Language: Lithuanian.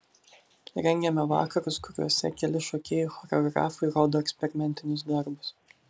rengiame vakarus kuriuose keli šokėjai choreografai rodo eksperimentinius darbus